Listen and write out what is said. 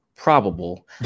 Probable